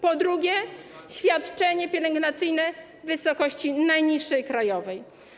Po drugie, świadczenie pielęgnacyjne w wysokości najniższej krajowej.